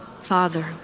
Father